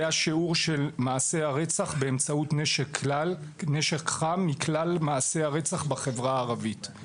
זה השיעור של מעשי הרצח באמצעות נשק חם בחברה הערבית.